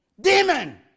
demon